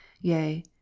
yea